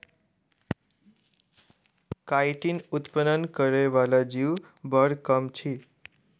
chitin उत्पन्न करय बला जीव बड़ कम अछि